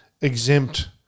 exempt